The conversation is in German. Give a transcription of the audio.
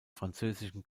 französischen